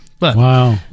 Wow